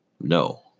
No